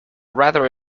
rather